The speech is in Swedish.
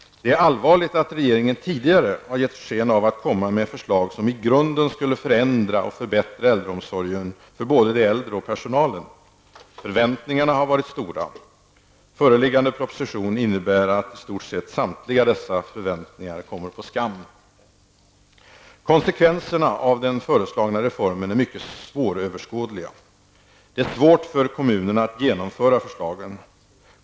Det är allvarligt att regeringen tidigare har gett sken av att komma med förslag som i grunden skulle förändra och förbättra äldreomsorgen för både de äldre och personalen. Förväntningarna har varit stora. Föreliggande proposition innebär att i stort sett samtliga dessa förväntningar kommer på skam. Konsekvenserna av den föreslagna reformen är mycket svåröverskådliga. Det är svårt för kommunerna att genomföra förslagen.